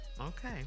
Okay